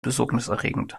besorgniserregend